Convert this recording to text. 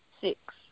six